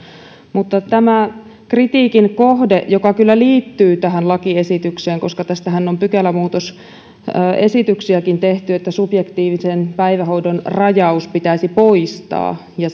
mutta tämä kritiikin kohde joka kyllä liittyy tähän lakiesitykseen koska tästähän on pykälämuutosesityksiäkin tehty on se että subjektiivisen päivähoidon rajaus pitäisi poistaa ja